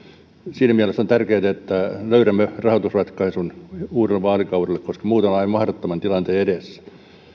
siinä mielessä on tärkeätä että löydämme rahoitusratkaisun uudelle vaalikaudelle koska muuten olemme aivan mahdottoman tilanteen edessä ja